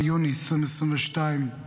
ביוני 2022,